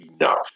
enough